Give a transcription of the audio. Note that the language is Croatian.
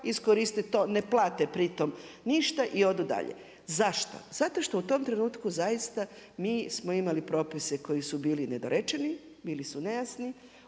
iskoriste to, ne plate pritom ništa i odu dalje. Zašto? Zato što u tom trenutku zaista mi smo imali propise koji su bili nedorečeni, bili su nejasni.